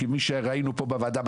כפי שראינו פה בוועדה,